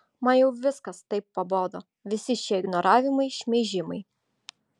man jau viskas taip pabodo visi šie ignoravimai šmeižimai